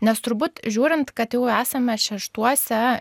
nes turbūt žiūrint kad jau esame šeštuose